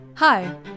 Hi